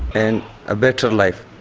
and a better life.